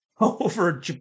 over